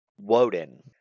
Woden